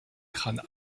crâne